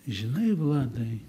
žinai vladai